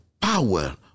Power